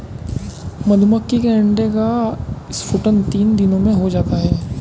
मधुमक्खी के अंडे का स्फुटन तीन दिनों में हो जाता है